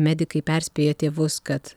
medikai perspėja tėvus kad